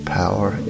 power